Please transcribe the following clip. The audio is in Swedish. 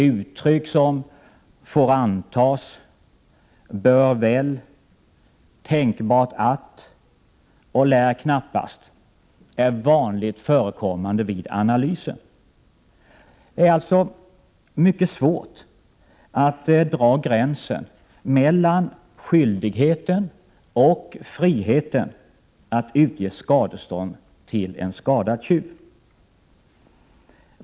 Uttryck som ”får antas”, ”bör väl”, ”tänkbart att”, och ”lär knappast” är vanligt förekommande vid analysen. Det är alltså mycket svårt att dra en gräns mellan skyldigheten och friheten att utge skadestånd till en skadad tjuv.